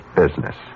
business